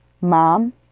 mom